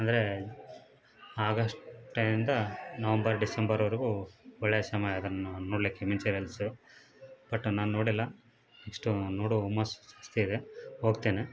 ಅಂದರೆ ಆಗಸ್ಟಿಂದ ನವೆಂಬರ್ ಡಿಸೆಂಬರ್ವರೆಗು ಒಳ್ಳೆಯ ಸಮಯ ಅದನ್ನು ನೋಡಲಿಕ್ಕೆ ಮಿಂಚೇರಿ ಹಿಲ್ಸ್ ಬಟ್ ನಾನು ನೋಡಿಲ್ಲ ನೆಕ್ಸ್ಟ್ ನೋಡೋ ಹುಮ್ಮಸ್ಸು ಇದೆ ಹೋಗ್ತೇನೆ